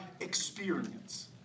experience